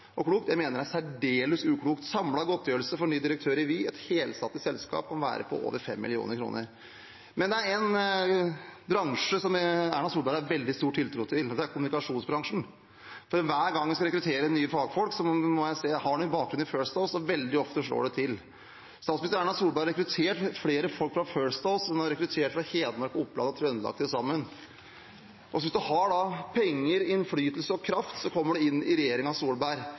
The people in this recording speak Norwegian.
og klokt. Jeg mener det er særdeles uklokt. Samlet godtgjørelse for ny direktør i Vy, et helstatlig selskap, kan være på over 5 mill. kr. En bransje Erna Solberg har veldig stor tiltro til, er kommunikasjonsbransjen. Hver gang man skal rekruttere nye fagfolk, må jeg se om de har bakgrunn i First House, og veldig ofte slår det til. Statsminister Erna Solberg har rekruttert flere folk fra First House enn hun har rekruttert fra Hedmark, Oppland og Trøndelag til sammen. Hvis man har penger, innflytelse og kraft, kommer man inn i regjeringen Solberg.